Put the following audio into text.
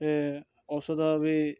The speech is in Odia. ଏ ଔଷଧ ବି